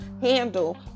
handle